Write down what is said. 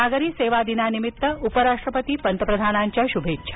नागरी सेवा दिनानिमित्त उपराष्ट्रपती पंतप्रधानांच्या शुभेच्छा